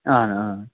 آ آ